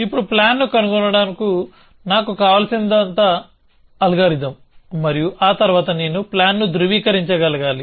ఇప్పుడు ప్లాన్ను కనుగొనడానికి నాకు కావలసిందల్లా అల్గోరిథం మరియు ఆ తర్వాతనేను ప్లాన్ని ధృవీకరించగలగాలి